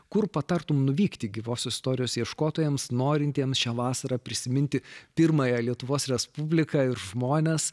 kur patartum nuvykti gyvos istorijos ieškotojams norintiems šią vasarą prisiminti pirmąją lietuvos respubliką ir žmones